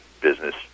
business